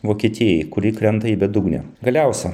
vokietijai kuri krenta į bedugnę galiausia